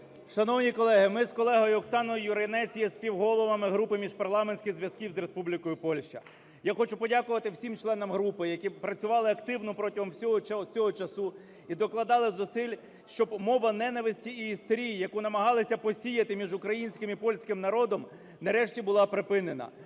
Шановні колеги, ми з колегою Оксаною Юринець є співголовами групи міжпарламентських зв'язків з Республікою Польща. Я хочу подякувати всім членам групи, які працювали активно протягом всього цього часу і докладали зусиль, щоб мова ненависті і істерії, яку намагалися посіяти між українським і польським народом, нарешті була припинена.